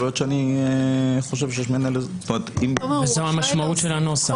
זו המשמעות של הנוסח.